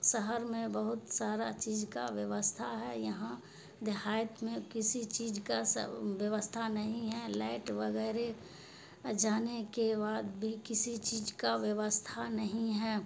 شہر میں بہت سارا چیز کا ویوستھا ہے یہاں دیہات میں کسی چیز کا ویوستھا نہیں ہے لائٹ وغیرہ جانے کے بعد بھی کسی چیز کا ویوستھا نہیں ہے